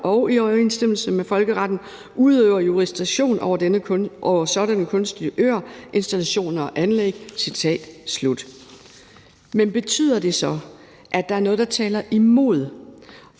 og i overensstemmelse med folkeretten udøver jurisdiktion over sådanne kunstige øer, installationer og anlæg«. Men betyder det så, at der er noget, der taler imod?